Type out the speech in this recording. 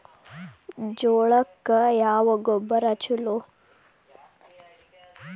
ಜೋಳಕ್ಕ ಯಾವ ಗೊಬ್ಬರ ಛಲೋ?